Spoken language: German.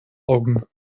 augen